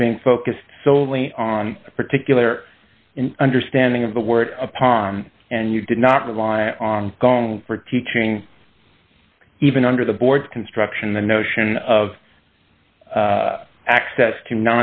is being focused solely on a particular understanding of the word upon and you did not rely on gong for teaching even under the board's construction the notion of access to